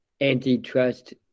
antitrust